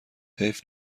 حیف